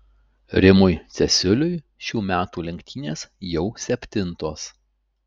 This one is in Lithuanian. rimui cesiuliui šių metų lenktynės jau septintos